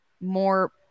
more